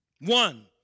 One